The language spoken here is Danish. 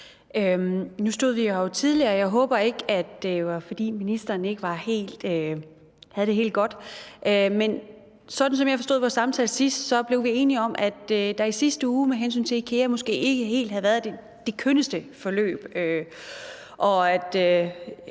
Nu stod vi jo her tidligere, og jeg håber ikke, at det var derfor, ministeren ikke havde det helt godt. Men sådan som jeg forstod vores samtale sidst, blev vi enige om, at der i sidste uge med hensyn til IKEA måske ikke helt havde været det kønneste forløb.